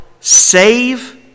save